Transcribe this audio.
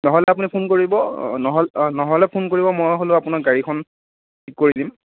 নহ'লে আপুনি ফোন কৰিব নহ'লে নহ'লে ফোন কৰিব মই হ'লেও আপোনাক গাড়ীখন ঠিক কৰি দিম